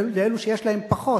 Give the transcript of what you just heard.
אלא לאלו שיש להם פחות.